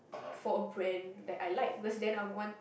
for a brand that I like because then I want